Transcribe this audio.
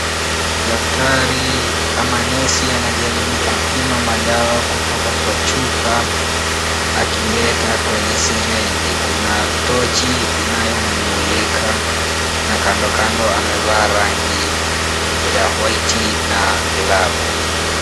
Daktari ama nesi anajaribu kupima madawa kutoka kwa chupa, akiweka kwenye sirinji. Kuna tochi inayo mulika na kandokando amevaa rangi ya waiti na glavu